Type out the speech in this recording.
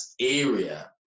area